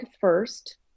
first